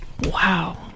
Wow